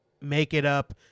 make-it-up